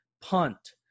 punt